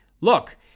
Look